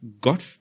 God